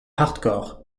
hardcore